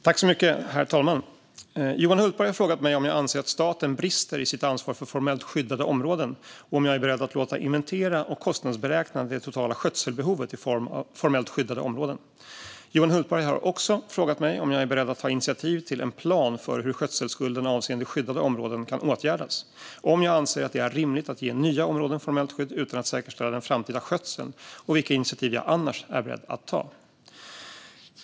Herr talman! Johan Hultberg har frågat mig om jag anser att staten brister i sitt ansvar för formellt skyddade områden och om jag är beredd att låta inventera och kostnadsberäkna det totala skötselbehovet i formellt skyddade områden. Johan Hultberg har också frågat mig om jag är beredd att ta initiativ till en plan för hur skötselskulden avseende skyddade områden kan åtgärdas, om jag anser att det är rimligt att ge nya områden formellt skydd utan att säkerställa den framtida skötseln och vilka initiativ jag annars är beredd att ta.